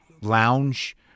lounge